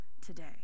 today